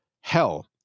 hell